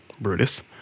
Brutus